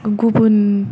गुबुन